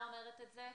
אומרת את זה בכוונה,